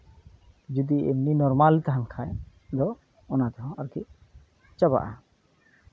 ᱠᱚᱫᱤ ᱮᱢᱱᱤ ᱱᱚᱨᱢᱟᱞ ᱛᱟᱦᱮᱱ ᱠᱷᱟᱡ ᱫᱚ ᱚᱱᱟ ᱛᱮᱦᱚᱸ ᱟᱨᱠᱤ ᱪᱟᱵᱟᱜᱼᱟ